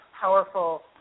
powerful